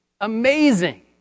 Amazing